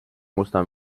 musta